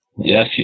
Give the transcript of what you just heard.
yes